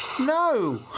No